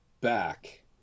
back